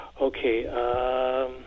Okay